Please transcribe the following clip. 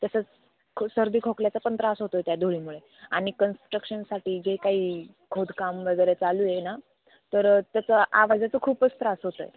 तसंच ख सर्दी खोकल्याचा पण त्रास होतो आहे त्या धुळीमुळे आणि कन्स्ट्रक्शनसाठी जे काही खोदकाम वगैरे चालू आहे ना तर त्याचा आवाजाचा खूपच त्रास होतो आहे